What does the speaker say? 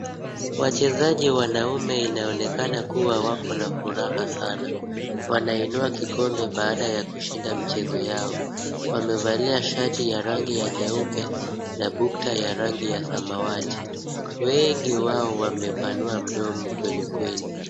Wachezaji wanaume inaonekana kuwa wakona furaha sana. Wanainua kikombe baada ya kushinda mchezo yao. Wamevalia shati ya rangi ya nyeupe na bukta ya rangi ya samawati. Wengi wao wamepanua mdomo kweli kweli.